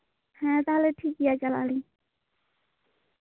ᱦᱮᱸ ᱛᱟᱦᱚᱞᱮ ᱴᱷᱤᱠ ᱜᱮᱭᱟ ᱪᱟᱞᱟᱜ ᱟᱹᱞᱤᱧ